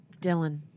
Dylan